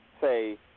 Say